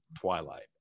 Twilight